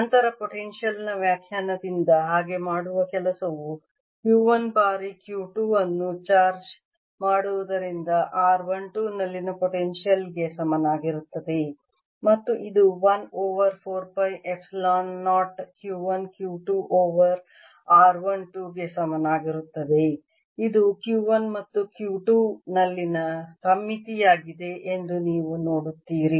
ನಂತರ ಪೊಟೆನ್ಶಿಯಲ್ ನ ವ್ಯಾಖ್ಯಾನದಿಂದ ಹಾಗೆ ಮಾಡುವ ಕೆಲಸವು Q 1 ಬಾರಿ Q 2 ಅನ್ನು ಚಾರ್ಜ್ ಮಾಡುವುದರಿಂದ r 1 2 ನಲ್ಲಿನ ಪೊಟೆನ್ಶಿಯಲ್ ಗೆ ಸಮನಾಗಿರುತ್ತದೆ ಮತ್ತು ಇದು 1 over 4 pi epsilon 0 Q 1 Q 2 over r 1 2 ಗೆ ಸಮಾನವಾಗಿರುತ್ತದೆ ಇದು Q 1 ಮತ್ತು Q 2 ನಲ್ಲಿನ ಸಮ್ಮಿತಿಯಾಗಿದೆ ಎಂದು ನೀವು ನೋಡುತ್ತೀರಿ